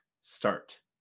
start